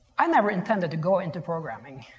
i never intended to go into programming.